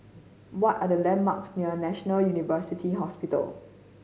what are the landmarks near National University Hospital